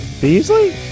Beasley